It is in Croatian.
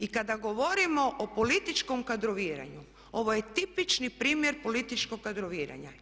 I kada govorimo o političkom kadroviranju ovo je tipični primjer političkog kadroviranja.